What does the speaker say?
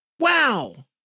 Wow